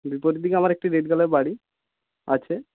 বিপরীত দিকে আমার একটি রেড কালার বাড়ি আছে